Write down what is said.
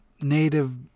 native